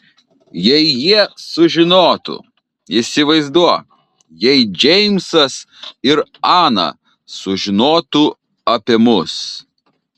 jei jie sužinotų įsivaizduok jei džeimsas ir ana sužinotų apie mus